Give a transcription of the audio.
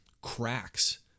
cracks